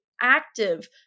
active